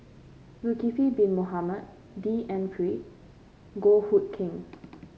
Zulkifli Bin Mohamed D N Pritt Goh Hood Keng